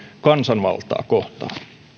kansanvaltaa kohtaan